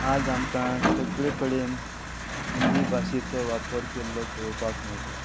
आज आमकां सगळे कडेन हिंदी भाशेचो वापर केल्लो पळोवपाक मेळटा